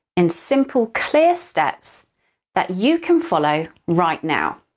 in simple, clear steps that you can follow right now!